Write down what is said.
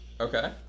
Okay